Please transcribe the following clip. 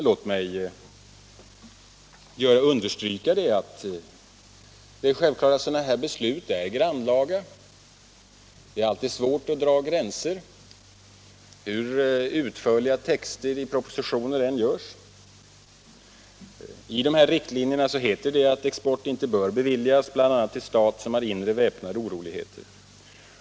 Låt mig understryka att sådana beslut självfallet är mycket grannlaga — det är alltid svårt att dra gränser, hur utförliga texter i propositioner än görs. I riktlinjerna heter det att export inte bör beviljas bl.a. till stat som har inre väpnade oroligheter.